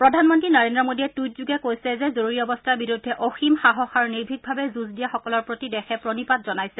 প্ৰধানমন্ত্ৰী নৰেন্দ্ৰ মোদীয়ে টুইটযোগে কৈছে যে জৰুৰী অৱস্থাৰ বিৰুদ্ধে অসীম সাহস আৰু নিৰ্ভিকভাৱে যুঁজ দিয়াসকলৰ প্ৰতি দেশে প্ৰণিপাত জনাইছে